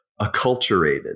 acculturated